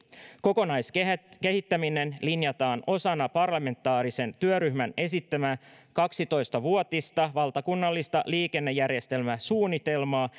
kokonaiskehittäminen linjataan osana parlamentaarisen työryhmän esittämää kaksitoista vuotista valtakunnallista liikennejärjestelmäsuunnitelmaa